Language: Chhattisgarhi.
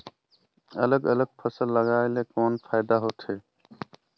अलग अलग फसल लगाय ले कौन फायदा होथे?